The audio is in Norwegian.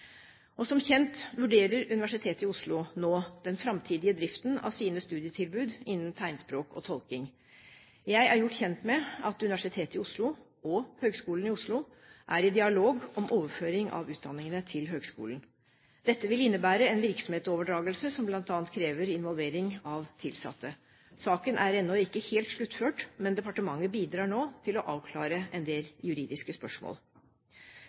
Som kjent vurderer Universitetet i Oslo nå den framtidige driften av sine studietilbud innen tegnspråk og tolking. Jeg er gjort kjent med at Universitetet i Oslo og Høgskolen i Oslo er i dialog om overføring av utdanningene til høgskolen. Dette vil innebære en virksomhetsoverdragelse som bl.a. krever involvering av tilsatte. Saken er ennå ikke helt sluttført, men departementet bidrar nå til å avklare en del juridiske spørsmål.